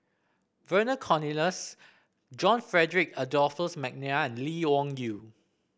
Vernon Cornelius John Frederick Adolphus McNair and Lee Wung Yew